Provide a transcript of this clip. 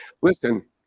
Listen